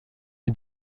est